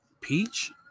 peach